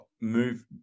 move